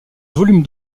volume